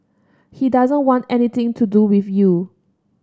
he doesn't want anything to do with you